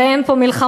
הרי אין פה מלחמות,